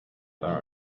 are